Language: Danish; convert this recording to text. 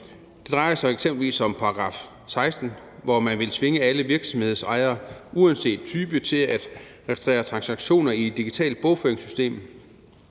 Det drejer sig eksempelvis om § 16, hvorefter man vil tvinge alle virksomhedsejere uanset type til at registrere transaktioner i et digitalt bogføringssystem.